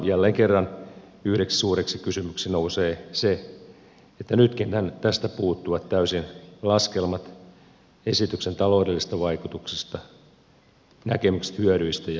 jälleen kerran yhdeksi suureksi kysymykseksi nousee se että nytkin tästä puuttuvat täysin laskelmat esityksen taloudellisista vaikutuksista näkemykset hyödyistä ja haitoista